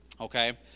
Okay